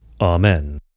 Amen